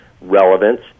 relevance